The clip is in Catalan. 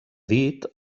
dit